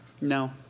No